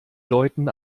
leuten